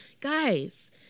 guys